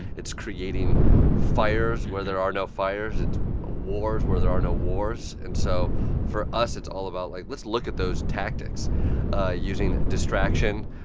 it's creating fires where there are no fires. it's wars where there are no wars. and so for us, it's all about, like, let's look at those tactics using distraction,